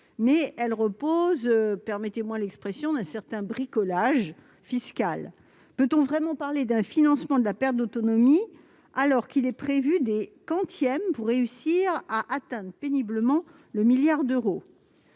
mais elle relève plutôt- passez-moi l'expression -d'un certain bricolage fiscal. Peut-on vraiment parler d'un financement de la perte d'autonomie, alors qu'il est prévu des quantièmes pour réussir à atteindre péniblement le milliard d'euros ?